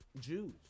Jews